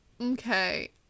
Okay